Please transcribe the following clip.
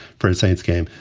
for instance, game.